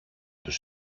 τους